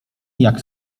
jak